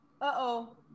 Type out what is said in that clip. uh-oh